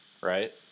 right